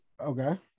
Okay